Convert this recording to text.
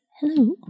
hello